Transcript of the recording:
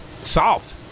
Solved